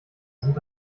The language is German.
sind